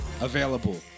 available